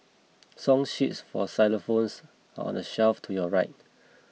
song sheets for xylophones are on the shelf to your right